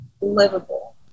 livable